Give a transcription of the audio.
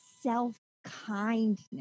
self-kindness